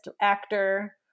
actor